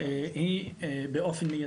היא באופן מידי.